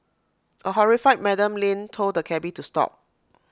A horrified Madam Lin told the cabby to stop